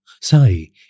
Sai